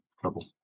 trouble